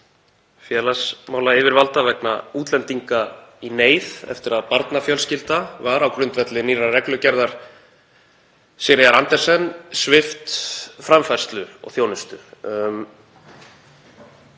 félagsmálayfirvalda vegna útlendinga í neyð eftir að barnafjölskylda var á grundvelli nýrrar reglugerðar Sigríðar Andersen svipt framfærslu og þjónustu.